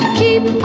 keep